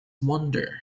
wonder